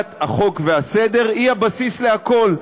אכיפת החוק והסדר היא הבסיס לכול.